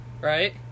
Right